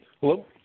Hello